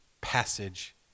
passage